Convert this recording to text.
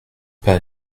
pas